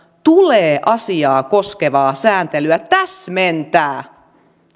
tulee asiaa koskevaa sääntelyä täsmentää